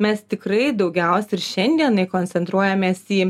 mes tikrai daugiausia ir šiandien koncentruojamės į